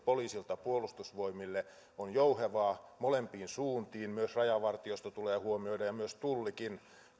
poliisilta puolustusvoimille on jouhevaa molempiin suuntiin myös rajavartiosto tulee huomioida ja myös tulli